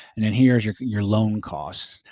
and then here's your your loan costs.